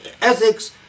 ethics